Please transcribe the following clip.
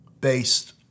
based